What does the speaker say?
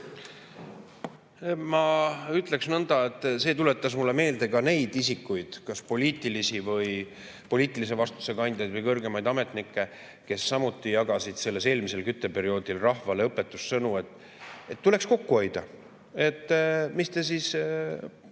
Ma ütleksin nõnda, et see tuletas mulle meelde neid isikuid, kas poliitilise vastutuse kandjaid või kõrgemaid ametnikke, kes samuti jagasid eelmisel kütteperioodil rahvale õpetussõnu, et tuleks kokku hoida. Mis te siis